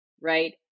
right